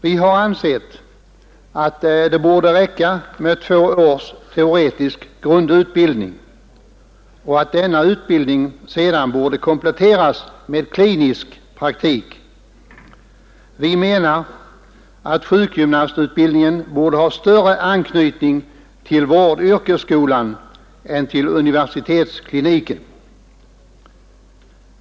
Vi har ansett att det borde räcka med två års teoretisk grundutbildning och att denna utbildning sedan borde kompletteras med klinisk praktik. Vi menar att sjukgymnastutbildningen borde ha närmare anknytning till vårdyrkesskolan än till universitetskliniken.